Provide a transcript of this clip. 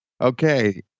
Okay